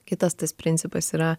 kitas tas principas yra